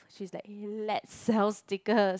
she's like l~ let's sell tickets